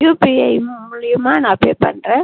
UPI மூலியமாக நான் pay பண்ணுறேன்